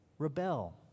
Rebel